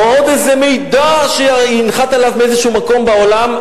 או עוד איזה מידע שינחת עליו מאיזה מקום בעולם,